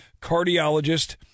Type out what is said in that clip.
cardiologist